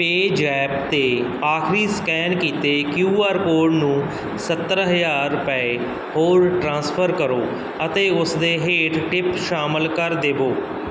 ਪੇ zap 'ਤੇ ਆਖਰੀ scan ਕੀਤੇ ਕਉਆਰ ਕੋਡ ਨੂੰ ਸੱਤਰ ਹਜ਼ਾਰ ਰੁਪਏ ਹੋਰ ਟ੍ਰਾਂਸਫਰ ਕਰੋ ਅਤੇ ਉਸ ਦੇ ਹੇਠ ਟਿਪ ਸ਼ਾਮਿਲ ਕਰ ਦਵੋ